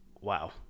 Wow